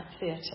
theatre